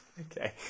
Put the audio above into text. Okay